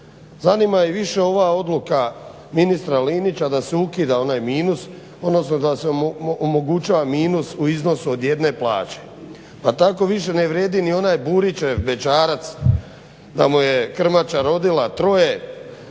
zanima ih više ova odluka ministra Linića da se ukida onaj minus, odnosno da se omogućava minus u iznosu od jedne plaće. Pa tako više ne vrijedi ni onaj Burićev bećarac: "Da mu je krmača rodila troje,